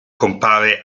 compare